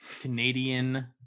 Canadian